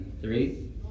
Three